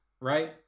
right